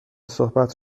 صحبت